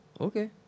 Okay